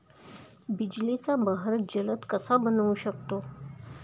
बिजलीचा बहर जलद कसा बनवू शकतो?